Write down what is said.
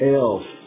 else